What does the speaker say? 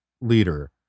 leader